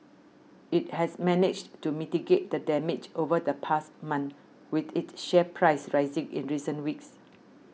it has managed to mitigate the damage over the past month with its share price rising in recent weeks